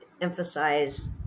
emphasize